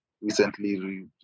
recently